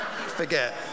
Forget